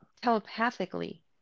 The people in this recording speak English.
telepathically